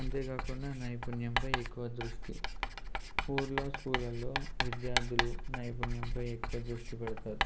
అంతేకాకుండా నైపుణ్యంపై ఎక్కువ దృష్టి ఊళ్ళో స్కూళ్లలలో విద్యార్థులు నైపుణ్యం పై ఎక్కువ దృష్టి పెడతారు